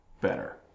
better